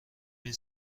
این